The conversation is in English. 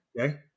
okay